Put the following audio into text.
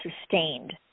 sustained